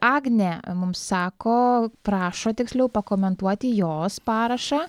agnė mums sako prašo tiksliau pakomentuoti jos parašą